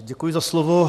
Děkuji za slovo.